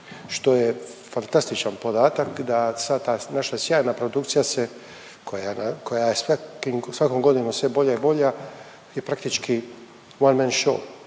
što je fantastičan podatak da sva ta naša sjajna produkcija se, koja je svakom godinom sve bolja i bolja je praktički one man show.